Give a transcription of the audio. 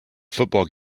football